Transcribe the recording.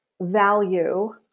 value